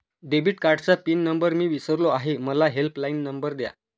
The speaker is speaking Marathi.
डेबिट कार्डचा पिन नंबर मी विसरलो आहे मला हेल्पलाइन नंबर द्या